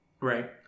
Right